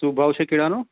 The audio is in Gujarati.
શું ભાવ છે કેળાનો